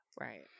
Right